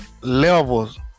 levels